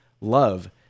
love